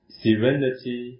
serenity